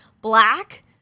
black